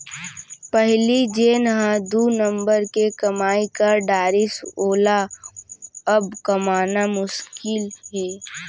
पहिली जेन हर दू नंबर के कमाई कर डारिस वोला अब कमाना मुसकिल हे